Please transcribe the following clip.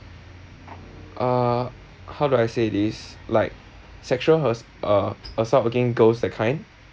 uh how do I say this like sexual har~ uh assault against girls that kind